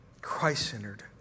Christ-centered